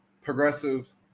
progressives